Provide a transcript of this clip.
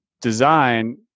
design